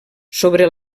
sobre